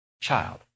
child